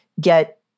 get